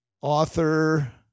author